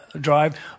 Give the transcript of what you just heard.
drive